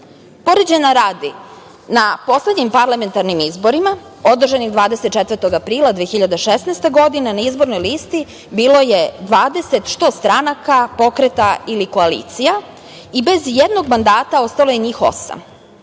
uopšte. Poređenja radi, na poslednjim parlamentarnim izborima održanim 24. aprila 2016. godine, na izbornoj listi bilo je 20, što stranaka, pokreta ili koalicija i bez ijednog mandata ostalo je njih osam.